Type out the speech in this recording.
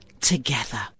together